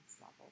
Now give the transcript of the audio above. level